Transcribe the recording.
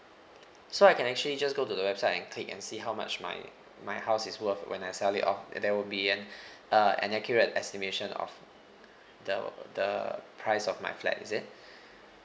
so I can actually just go to the website and click and see how much my my house is worth when I sell it off and there will be an uh an accurate estimation of the the price of my flat is it